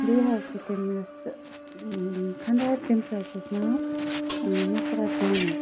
بیٚیہِ حظ چھِ تٔمِس خاندارنہ تٔمِس حظ چھُس ناو مَسرت بانو